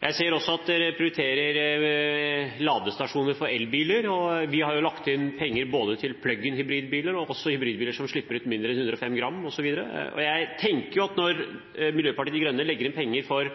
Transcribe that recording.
Jeg ser også at dere prioriterer ladestasjoner for elbiler, og vi har jo lagt inn penger både til plug-in hybridbiler og til hybridbiler som slipper ut mindre enn 105 gram CO2 per km osv. Jeg tenker at når Miljøpartiet De Grønne legger inn penger til